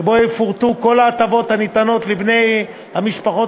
שבו יפורטו כל ההטבות הניתנות לבני המשפחות